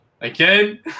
again